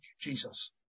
Jesus